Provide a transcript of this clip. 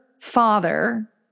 father